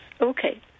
Okay